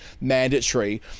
mandatory